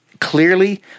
Clearly